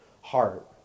heart